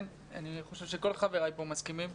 אני חושב שכל חבריי פה מסכימים.